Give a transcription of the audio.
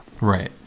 right